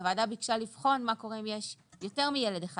הוועדה ביקשה לבחון מה קורה אם יש יותר מילד אחד,